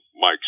Mike's